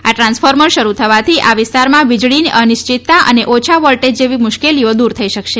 આ ટ્રાન્સફોર્મર શરૂ થવાથી આ વિસ્તારમાં વીજળીની અનિશ્ચિતતા અને ઓછા વોલ્ટેજ જેવી મુશ્કેલીઓ દૂર થઇ શકશે